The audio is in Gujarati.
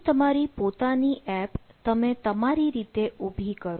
અહીં તમારી પોતાની એપ તમે તમારી રીતે ઉભી કરો